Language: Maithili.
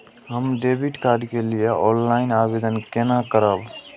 हम डेबिट कार्ड के लिए ऑनलाइन आवेदन केना करब?